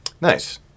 Nice